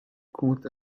compte